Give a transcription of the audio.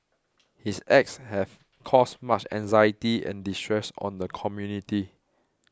his acts have caused much anxiety and distress on the community